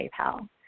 PayPal